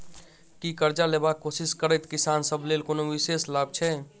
की करजा लेबाक कोशिश करैत किसान सब लेल कोनो विशेष लाभ छै?